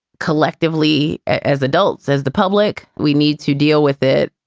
collectively, as adults, as the public, we need to deal with it.